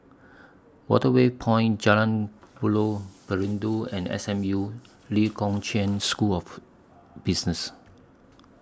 Waterway Point Jalan Buloh Perindu and S M U Lee Kong Chian School of Business